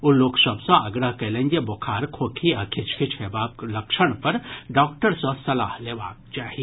ओ लोकसभ सँ आग्रह कयलनि जे बोखार खोखी आ खीचखीच हेबाक लक्षण पर डॉक्टर सँ सलाह लेबाक चाही